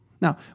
Now